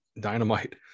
dynamite